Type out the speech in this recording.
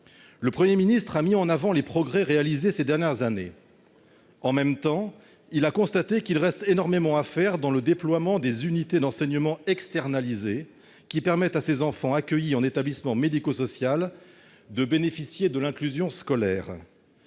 Le Premier ministre a mis en avant les progrès réalisés ces dernières années. En même temps, il a constaté qu'il reste énormément à faire en ce qui concerne le déploiement d'unités d'enseignement externalisées, qui permettent à ces enfants accueillis en établissement médico-social de bénéficier de l'inclusion scolaire.